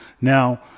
Now